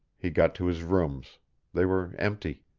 he got to his rooms they were empty